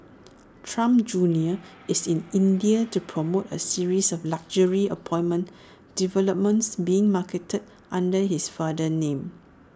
Trump junior is in India to promote A series of luxury apartment developments being marketed under his father's name